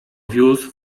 wiózł